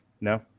No